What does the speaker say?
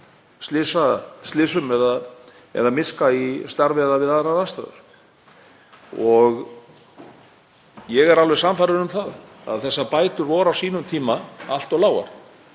slysum eða miska í starfi eða við aðrar aðstæður. Ég er alveg sannfærður um það að þessar bætur voru á sínum tíma allt of lágar.